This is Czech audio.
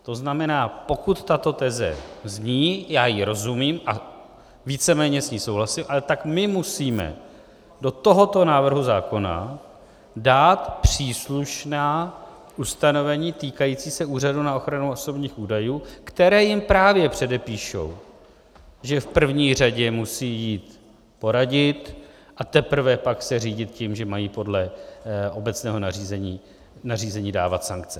To znamená, pokud tato teze zní, já jí rozumím a víceméně s ní souhlasím, tak ale musíme do tohoto návrhu zákona dát příslušná ustanovení týkající se Úřadu pro ochranu osobních údajů, která jim právě předepíšou, že v první řadě jim musí poradit a teprve pak se řídit tím, že mají podle obecného nařízení dávat sankce.